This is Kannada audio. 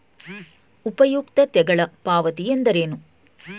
ಉಪಯುಕ್ತತೆಗಳ ಪಾವತಿ ಎಂದರೇನು?